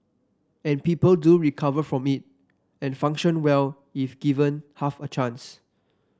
and people do recover from it and function well if given half a chance